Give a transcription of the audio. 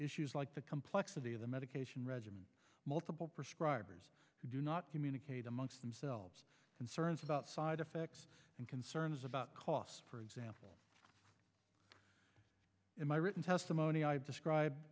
issues like the complexity of the medication regimen multiple prescribe do not communicate amongst themselves concerns about side effects and concerns about cost for example in my written testimony i describe